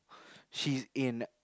she's in